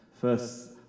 first